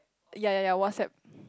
yea yea yea WhatsApp